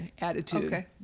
attitude